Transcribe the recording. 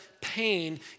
pain